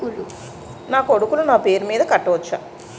నా కొడుకులు నా పేరి మీద కట్ట వచ్చా?